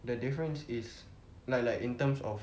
the difference is like like in terms of